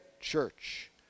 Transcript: church